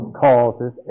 causes